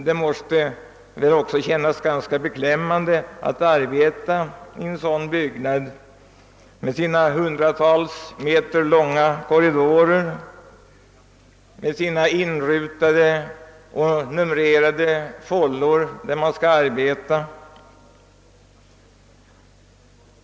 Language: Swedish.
Det måste väl också kännas ganska beklämmande att vistas i en sådan byggnad med dess hundratals meter långa korridorer och med dess inrutade och numrerade fållor där man skall arbeta.